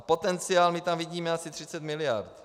Potenciál tam vidíme asi 30 mld.